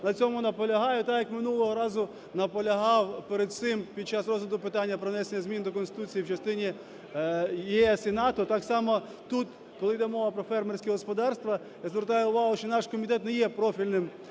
на цьому наполягаю, так, як минулого разу наполягав перед цим під час розгляду питання про внесення змін до Конституції в частині ЄС і НАТО, так само тут, коли йде мова про фермерські господарства, звертаю увагу, що наш комітет не є профільним,